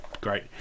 great